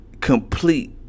Complete